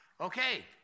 Okay